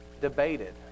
debated